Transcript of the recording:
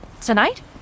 tonight